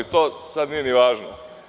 To sada nije važno.